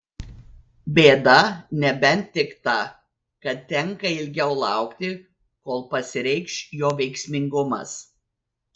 bėda nebent tik ta kad tenka ilgiau laukti kol pasireikš jo veiksmingumas